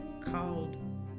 called